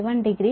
51 degree 0